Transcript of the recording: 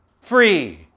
free